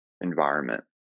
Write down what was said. environment